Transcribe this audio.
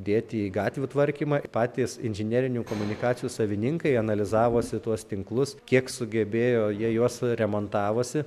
dėti į gatvių tvarkymą patys inžinerinių komunikacijų savininkai analizavosi tuos tinklus kiek sugebėjo jie juos remontavosi